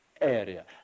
area